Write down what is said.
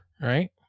Right